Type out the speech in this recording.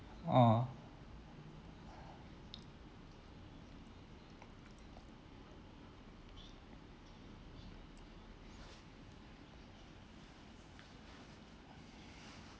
oh